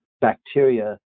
bacteria